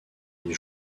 les